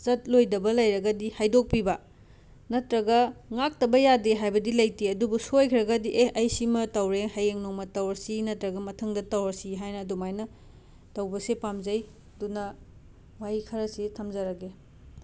ꯆꯠꯂꯣꯏꯗꯕ ꯂꯩꯔꯒꯗꯤ ꯍꯥꯏꯗꯣꯛꯄꯤꯕ ꯅꯠꯇ꯭ꯔꯒ ꯉꯥꯛꯇꯕ ꯌꯥꯗꯦ ꯍꯥꯏꯕꯗꯤ ꯂꯩꯇꯦ ꯑꯗꯨꯕꯨ ꯁꯣꯏꯈ꯭ꯔꯒꯗꯤ ꯑꯦ ꯑꯩ ꯁꯤꯃ ꯇꯧꯔꯦ ꯍꯌꯦꯡ ꯅꯣꯡꯃ ꯇꯧꯔꯁꯤ ꯅꯠꯇ꯭ꯔꯒ ꯃꯊꯪꯗ ꯇꯧꯔꯁꯤ ꯍꯥꯏꯅ ꯑꯗꯨꯃꯥꯏꯅ ꯇꯧꯕꯁꯦ ꯄꯥꯝꯖꯩ ꯑꯗꯨꯅ ꯋꯥꯍꯩ ꯈꯔꯁꯦ ꯊꯝꯖꯔꯒꯦ